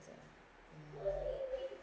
ah mm